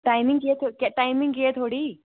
timing केह् ऐ timing केह् ऐ थुआढ़ी